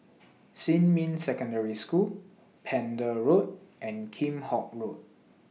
Xinmin Secondary School Pender Road and Kheam Hock Road